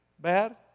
bad